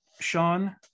Sean